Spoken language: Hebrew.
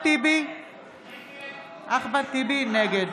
הלוי, נגד